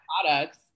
products